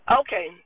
okay